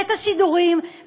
את השידורים,